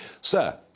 Sir